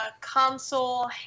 console